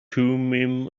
thummim